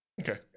Okay